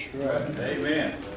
Amen